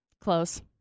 Close